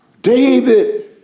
David